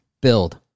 build